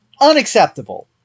unacceptable